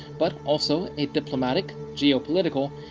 but also a diplomatic, geopolitical,